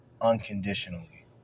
unconditionally